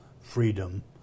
freedom